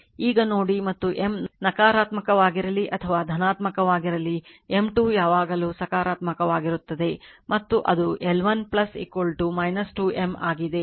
ಈಗ ನೋಡಿ ಮತ್ತು M ನಕಾರಾತ್ಮಕವಾಗಿರಲಿ ಅಥವಾ ಧನಾತ್ಮಕವಾಗಿರಲಿ M 2 ಯಾವಾಗಲೂ ಸಕಾರಾತ್ಮಕವಾಗಿರುತ್ತದೆ ಮತ್ತು ಅದು L1 2 m ಆಗಿದೆ